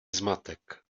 zmatek